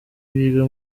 wiga